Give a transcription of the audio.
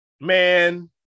Man